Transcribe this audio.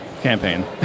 campaign